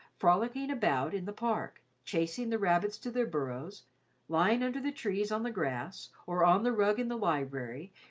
frolicking about in the park chasing the rabbits to their burrows lying under the trees on the grass, or on the rug in the library,